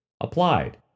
Applied